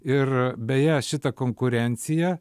ir beje šita konkurencija